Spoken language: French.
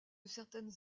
certaines